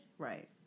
right